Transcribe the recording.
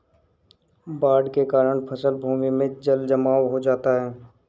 बाढ़ के कारण फसल भूमि में जलजमाव हो जाता है